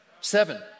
Seven